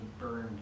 burned